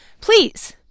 please